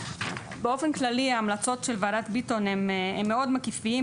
באופן כללי ההמלצות של וועדת ביטון הם מאוד מקיפים,